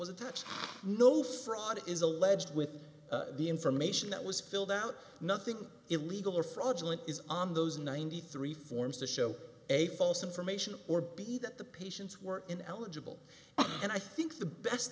was attached no fraud is alleged with the information that was filled out nothing illegal or fraudulent is on those ninety three forms to show a false information or be that the patients were ineligible and i think the best